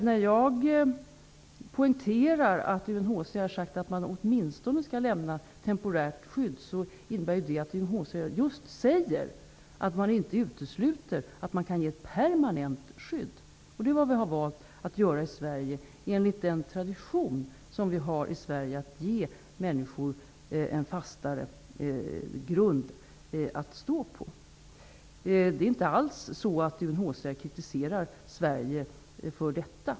När jag poängterar att UNHCR har sagt att man åtminstone skall ge temporärt skydd, så innebär det inte att UNHCR utesluter möjligheten att ge permanent skydd. Det har vi valt att göra i Sverige, i enlighet med den tradition som vi har att ge människor en fastare grund att stå på. UNHCR kritiserar inte alls Sverige för detta.